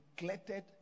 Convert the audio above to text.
neglected